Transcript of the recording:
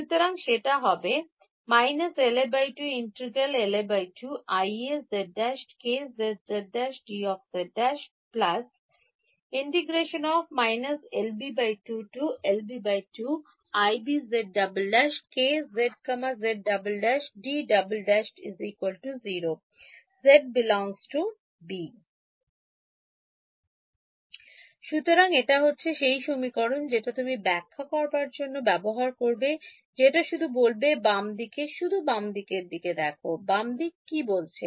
সুতরাং এটা হবে সুতরাং এটা হচ্ছে সেই সমীকরণ যেটা তুমি ব্যাখ্যা করবার জন্য ব্যবহার করবে যেটা শুধু বলবে বাম দিক শুধু বাম দিকের দিকে দেখো বাম দিক কি বলছে